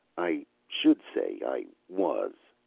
i should say i was.